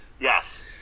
Yes